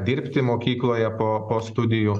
dirbti mokykloje po po studijų